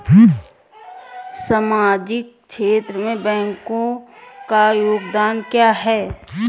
सामाजिक क्षेत्र में बैंकों का योगदान क्या है?